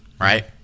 right